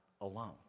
alone